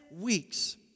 weeks